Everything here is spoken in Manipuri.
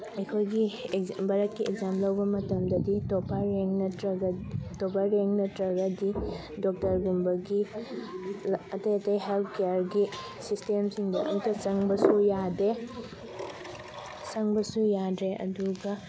ꯑꯩꯈꯣꯏꯒꯤ ꯑꯦꯛꯖꯥꯝ ꯚꯥꯔꯠꯀꯤ ꯑꯦꯛꯖꯥꯝ ꯂꯧꯕ ꯃꯇꯝꯗꯗꯤ ꯇꯣꯞꯄꯔ ꯔꯦꯡꯛ ꯅꯠꯇ꯭ꯔꯒ ꯇꯣꯞꯄꯔ ꯔꯦꯡꯛ ꯅꯠꯇ꯭ꯔꯒꯗꯤ ꯗꯣꯛꯇꯔꯒꯨꯝꯕꯒꯤ ꯑꯇꯩ ꯑꯇꯩ ꯍꯦꯜꯊ ꯀꯦꯌꯔꯒꯤ ꯁꯤꯁꯇꯦꯝꯁꯤꯡꯗꯣ ꯑꯝꯇ ꯆꯪꯕꯁꯨ ꯌꯥꯗꯦ ꯆꯪꯕꯁꯨ ꯌꯥꯗ꯭ꯔꯦ ꯑꯗꯨꯒ